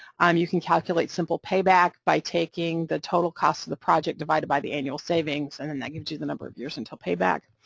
um you can calculate simple payback by taking the total cost of the project divided by the annual savings, and then that gives you the number of years until payback.